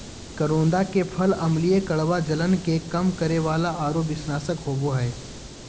करोंदा के फल अम्लीय, कड़वा, जलन के कम करे वाला आरो विषनाशक होबा हइ